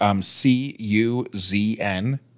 C-U-Z-N